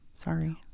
Sorry